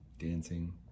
Dancing